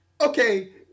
Okay